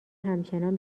همچنان